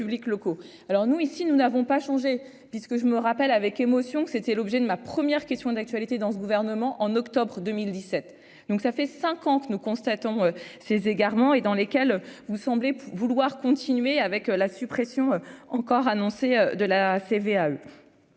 alors nous ici, nous n'avons pas changé puisque je me rappelle avec émotion, c'était l'objet de ma première question d'actualité dans ce gouvernement, en octobre 2017, donc ça fait 5 ans que nous constatons ces égarements et dans lesquels vous semblez vouloir continuer avec la suppression encore annoncé de la CVAE